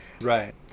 Right